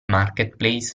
marketplace